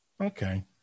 Okay